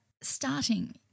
starting